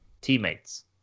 teammates